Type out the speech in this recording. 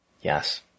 yes